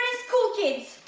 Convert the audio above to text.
school kids!